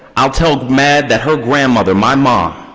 i'll tell mad that her grandmother, my mom,